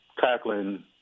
tackling